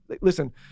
listen